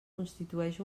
constitueix